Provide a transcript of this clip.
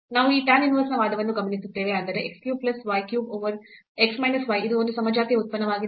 ನಾವು ಈ tan inverse ನ ವಾದವನ್ನು ಗಮನಿಸುತ್ತೇವೆ ಅಂದರೆ x cube plus y cube over x minus y ಇದು ಒಂದು ಸಮಜಾತೀಯ ಉತ್ಪನ್ನವಾಗಿದೆ